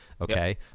okay